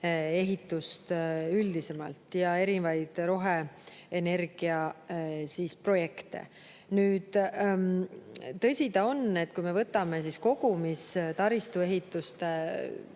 ehitust üldisemalt ja erinevaid roheenergiaprojekte. Nüüd, tõsi ta on, et kui me võtame kogumis taristuehituste